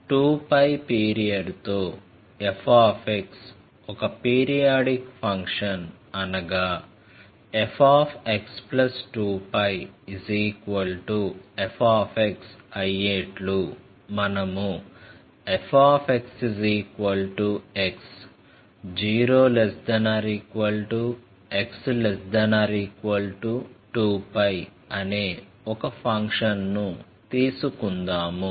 2π period తో f ఒక periodic function అనగా fx 2π f అయ్యేట్లు మనము fx x 0≤x≤2π అనే ఒక ఫంక్షన్ ను తీసుకుందాము